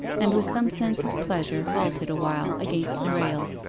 and with some sense of pleasure halted awhile against the rails,